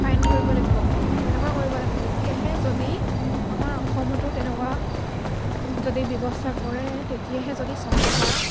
fine ভৰিব লাগিব তেনেকুৱা কৰিব লাগে তেতিয়াহে যদি আমাৰ অসমতো তেনেকুৱা যদি ব্যৱস্থা কৰে তেতিয়াহে যদি চাফা বা